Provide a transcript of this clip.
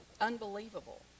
Unbelievable